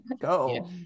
Go